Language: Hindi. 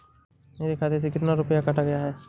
मेरे खाते से कितना रुपया काटा गया है?